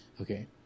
Okay